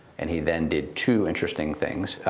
and he then did two interesting things.